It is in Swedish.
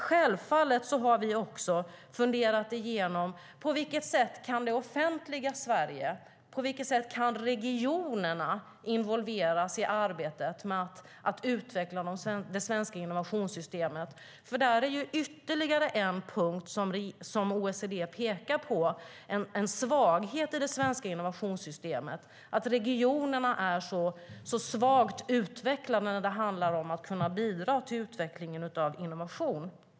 Självfallet har vi också funderat igenom på vilket sätt det offentliga Sverige och regionerna kan involveras i arbetet med att utveckla det svenska innovationssystemet. Där finns ytterligare en punkt som OECD pekar på som en svaghet i det svenska innovationssystemet: Regionerna är svagt utvecklade när det handlar om att kunna bidra till utvecklingen av innovation. Herr talman!